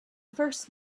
first